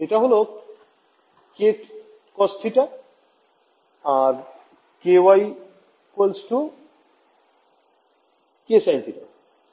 এটা হল k cos θ ও ky k sin θ